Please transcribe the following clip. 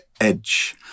edge